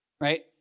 right